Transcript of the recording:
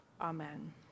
Amen